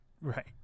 right